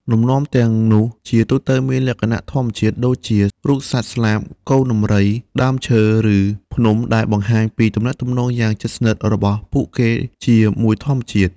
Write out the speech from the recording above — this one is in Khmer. លំនាំទាំងនោះជាទូទៅមានលក្ខណៈធម្មជាតិ ដូចជា រូបសត្វស្លាប កូនដំរី ដើមឈើ ឬភ្នំ ដែលបង្ហាញពីទំនាក់ទំនងយ៉ាងជិតស្និទ្ធរបស់ពួកគេជាមួយធម្មជាតិ។